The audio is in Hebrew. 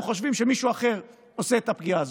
חושבים שמישהו אחר עושה פגיעה כזאת.